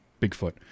Bigfoot